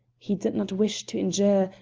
he did not wish to injure,